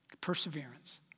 perseverance